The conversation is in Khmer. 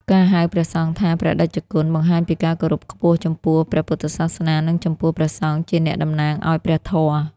ការហៅព្រះសង្ឃថា ព្រះតេជគុណ បង្ហាញពីការគោរពខ្ពស់ចំពោះព្រះពុទ្ធសាសនា និងចំពោះព្រះសង្ឃជាអ្នកតំណាងឱ្យព្រះធម៌។